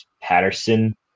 Patterson